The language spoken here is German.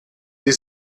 die